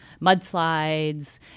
mudslides